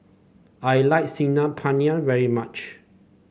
I like Saag Paneer very much